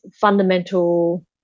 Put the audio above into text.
fundamental